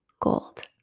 gold